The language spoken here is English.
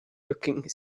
looking